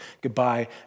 goodbye